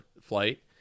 flight